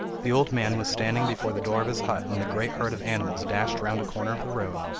the old man was standing before the door of his hut when the great herd of animals dashed round a corner of the road,